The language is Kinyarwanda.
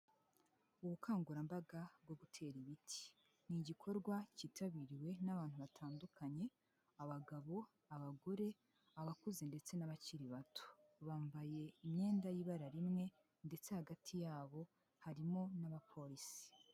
Ubukangurambaga bwo gutera ibiti ni igikorwa cyitabiriwe n'abantu batandukanye abagabo, abagore, abakuze ndetse n'abakiri bato bambaye imyenda y'ibara rimwe ndetse hagati yabo harimo n'abapolisi.